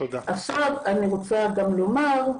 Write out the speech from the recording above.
עכשיו אני רוצה גם לומר,